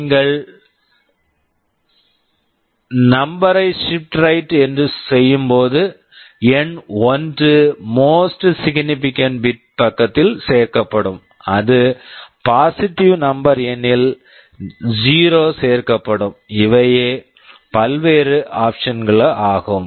நீங்கள் number number ஐ shift right shift right ஐ செய்யும் போது எண் 1 most significant most significant bit bit பக்கத்தில் சேர்க்கப்படும் அது பாசிட்டிவ் positive நம்பர் number எனில் ஜீரோ 0 சேர்க்கப்படும் இவையே பல்வேறு ஆப்ஷன்ஸ் options கள்ஆகும்